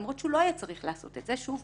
למרות שהוא לא היה צריך לעשות את זה שוב,